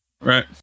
right